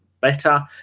better